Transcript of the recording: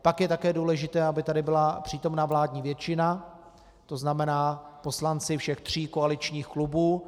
Pak je také důležité, aby tady byla přítomna vládní většina, to znamená poslanci všech tří koaličních klubů.